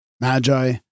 Magi